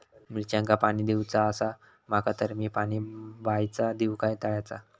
मिरचांका पाणी दिवचा आसा माका तर मी पाणी बायचा दिव काय तळ्याचा?